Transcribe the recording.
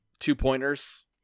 Two-pointers